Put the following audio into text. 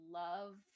love